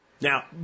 Now